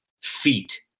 feet